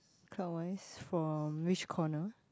clockwise from which corner